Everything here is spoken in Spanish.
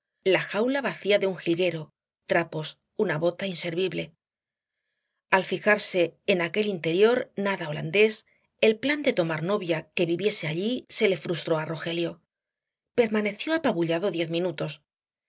la jaula vacía de un jilguero trapos una bota inservible al fijarse en aquel interior nada holandés el plan de tomar novia que viviese allí se le frustró á rogelio permaneció apabullado diez minutos